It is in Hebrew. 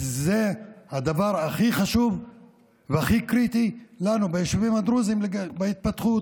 כי זה הדבר הכי חשוב והכי קריטי לנו ביישובים הדרוזיים בהתפתחות.